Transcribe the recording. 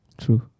true